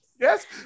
yes